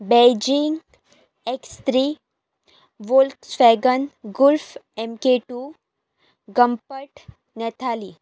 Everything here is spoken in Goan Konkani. Beijing X three Volkswagen Golf M K two गम्पट नेथाली